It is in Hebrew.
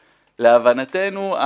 להבנתנו,